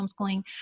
homeschooling